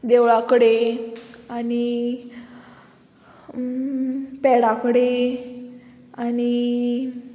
देवळा कडेन आनी पेडा कडेन आनी